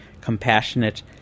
compassionate